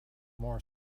more